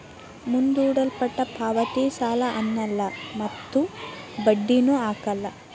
ಮುಂದೂಡಲ್ಪಟ್ಟ ಪಾವತಿ ಸಾಲ ಅನ್ನಲ್ಲ ಮತ್ತು ಬಡ್ಡಿನು ಹಾಕಲ್ಲ